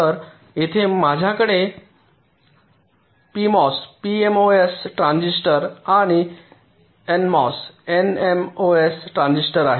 तर येथे माझ्याकडे पीएमओएस ट्रान्झिस्टर आणि एनएमओएस ट्रान्झिस्टर आहेत